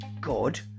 good